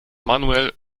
manuel